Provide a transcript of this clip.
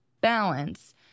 balance